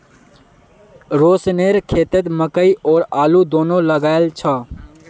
रोशनेर खेतत मकई और आलू दोनो लगइल छ